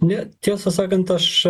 ne tiesą sakant aš